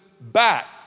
back